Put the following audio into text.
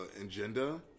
agenda